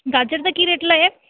ਗਾਜਰ ਦਾ ਕੀ ਰੇਟ ਲਾਇਆ